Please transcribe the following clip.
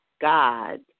God